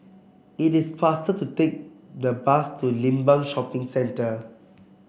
it is faster to take the bus to Limbang Shopping Centre